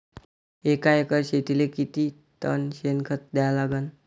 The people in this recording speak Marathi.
एका एकर शेतीले किती टन शेन खत द्या लागन?